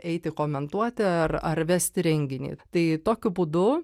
eiti komentuoti ar ar vesti renginį tai tokiu būdu